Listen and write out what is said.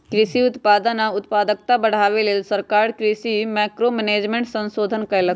कृषि उत्पादन आ उत्पादकता बढ़ाबे लेल सरकार कृषि मैंक्रो मैनेजमेंट संशोधन कएलक